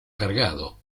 cargado